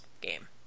game